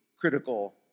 critical